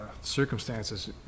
circumstances